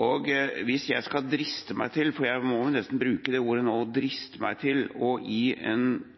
Og hvis jeg skal driste meg til – for jeg må vel nesten bruke det uttrykket nå, «driste meg til» – å gi en